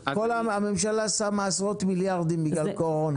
הממשלה שמה עשרות מיליארדים בגלל קורונה.